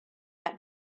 had